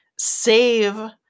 save